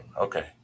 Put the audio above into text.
Okay